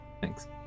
Thanks